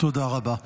תודה רבה.